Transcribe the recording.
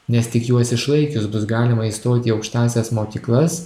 nes tik juos išlaikius bus galima įstoti į aukštąsias mokyklas